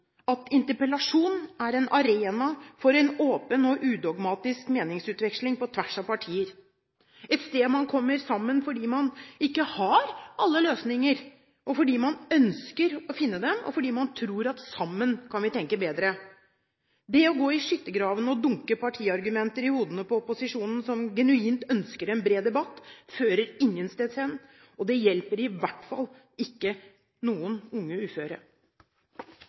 at interpellasjon er en arena for en åpen og udogmatisk meningsutveksling på tvers av partier, et sted man kommer sammen fordi man ikke har alle løsninger, fordi man ønsker å finne dem, og fordi man tror at man kan tenke bedre sammen. Det å gå i skyttergraven og dunke partiargumenter i hodet på opposisjonen, som genuint ønsker en bred debatt, fører ingensteds hen, og det hjelper i hvert fall ingen unge uføre.